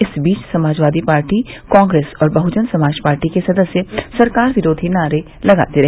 इस बीच समाजवादी पार्टी कांग्रेस और बहुजन समाज पार्टी के सदस्य सरकार विरोधी नारे लगाते रहे